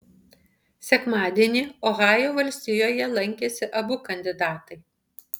sekmadienį ohajo valstijoje lankėsi abu kandidatai